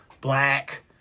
black